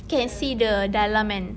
can see the dalam kan